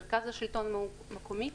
מרכז השלטון המקומי,